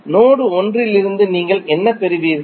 node 1 இலிருந்து நீங்கள் என்ன பெறுவீர்கள்